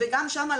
וגם שם,